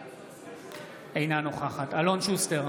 אינה נוכחת אלון שוסטר,